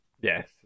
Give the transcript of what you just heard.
Yes